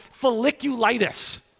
folliculitis